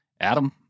Adam